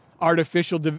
artificial